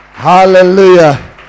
Hallelujah